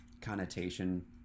connotation